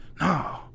No